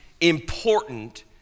important